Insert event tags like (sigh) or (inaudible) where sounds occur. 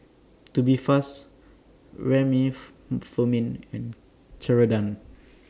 Tubifast (unintelligible) and Ceradan